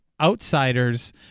outsiders